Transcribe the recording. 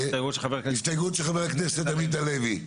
הסתייגות של חבר הכנסת עמית הלוי.